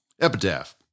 epitaph